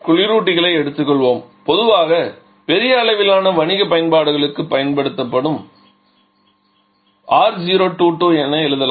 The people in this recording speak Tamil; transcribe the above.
குளிரூட்டிகளை எடுத்துக்கொள்வோம் பொதுவாக பெரிய அளவிலான வணிக பயன்பாடுகளுக்குப் பயன்படுத்தப்படுவோம்